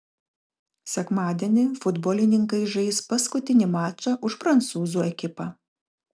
sekmadienį futbolininkas žais paskutinį mačą už prancūzų ekipą